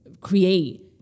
create